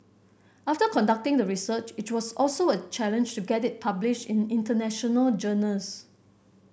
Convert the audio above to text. after conducting the research it was also a challenge to get it published in international journals